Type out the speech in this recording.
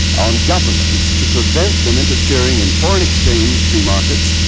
on governments to prevent them interfering in foreign exchange free markets,